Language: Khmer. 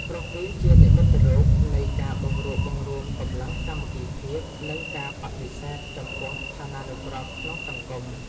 ព្រោះវាជានិមិត្តរូបនៃការបង្រួបបង្រួមកម្លាំងសាមគ្គីភាព និងការបដិសេធចំពោះឋានានុក្រមក្នុងសង្គម។